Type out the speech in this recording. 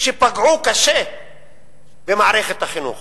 שפגעו קשה במערכת החינוך